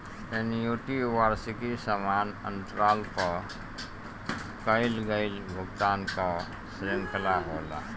annuity वार्षिकी समान अंतराल पअ कईल गईल भुगतान कअ श्रृंखला होला